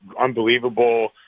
unbelievable